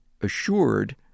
assured